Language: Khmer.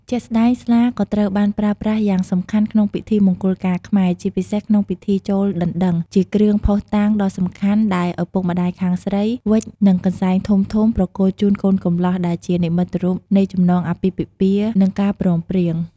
ជាក់ស្ដែង ស្លាក៏ត្រូវបានប្រើប្រាស់យ៉ាងសំខាន់ក្នុងពិធីមង្គលការខ្មែរ ជាពិសេសក្នុងពិធីចូលដណ្ដឹង ជាគ្រឿងភស្តុតាងដ៏សំខាន់ដែលឪពុកម្ដាយខាងស្រីវេចនឹងកន្សែងធំៗប្រគល់ជូនកូនកំលោះ ដែលជានិមិត្តរូបនៃចំណងអាពាហ៍ពិពាហ៍ និងការព្រមព្រៀង។